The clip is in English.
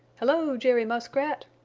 hello, jerry muskrat!